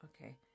Okay